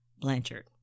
Blanchard